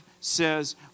says